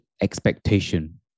expectation